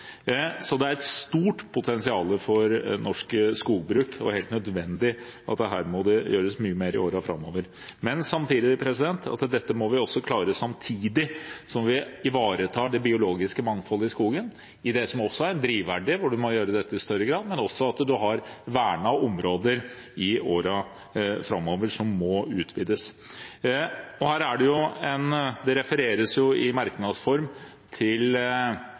Så det er et stort potensial for norsk skogbruk og helt nødvendig at det her gjøres mye mer i årene framover. Men dette må vi klare samtidig som vi ivaretar det biologiske mangfoldet i skogen – i det som er drivverdig, hvor man må gjøre dette i større grad, men at man også har vernede områder i årene framover som må utvides. Det refereres i merknads form til vern i produktiv skog, inkludert MiS-områdene, og det kommer da opp i